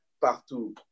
partout